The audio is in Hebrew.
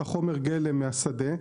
חומר הגלם מהשדה,